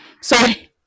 Sorry